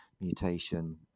mutation